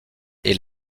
est